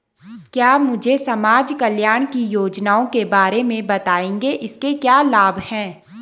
क्या मुझे समाज कल्याण की योजनाओं के बारे में बताएँगे इसके क्या लाभ हैं?